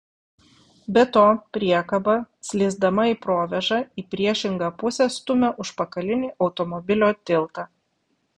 be to priekaba slysdama į provėžą į priešingą pusę stumia užpakalinį automobilio tiltą